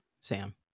Sam